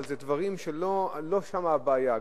אבל לא שם הבעיה.